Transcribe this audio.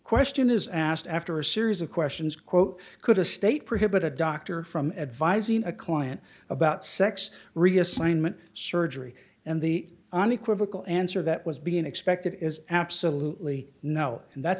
question is asked after a series of questions quote could a state prohibit a doctor from advising a client about sex reassignment surgery and the unequivocal answer that was being expected is absolutely no and that's